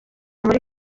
muri